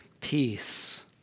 peace